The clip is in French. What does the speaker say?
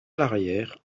l’arrière